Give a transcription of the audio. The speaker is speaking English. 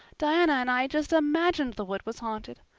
diana and i just imagined the wood was haunted.